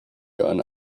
gun